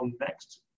next